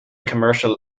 commercial